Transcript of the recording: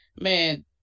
Man